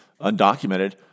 undocumented